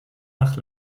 nach